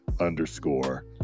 underscore